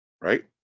right